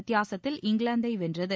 வித்தியாசத்தில் இங்கிலாந்தை வென்றது